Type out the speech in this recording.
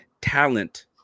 talent